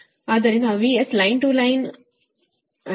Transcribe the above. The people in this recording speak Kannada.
ಆದ್ದರಿಂದ VS ಲೈನ್ ಟು ಲೈನ್ 3 47